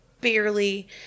barely